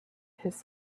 his